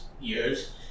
Years